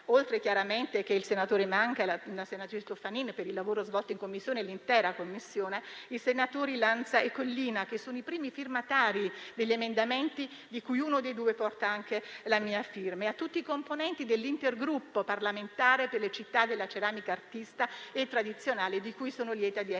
oltre chiaramente al senatore Manca e alla senatrice Toffanin per il lavoro svolto in Commissione e all'intera Commissione, i senatori Lanza e Collina, che sono i primi firmatari di due emendamenti importanti, uno dei quali porta anche la mia firma, e tutti i componenti dell'intergruppo parlamentare per le città della ceramica artistica e tradizionale, di cui sono lieta di essere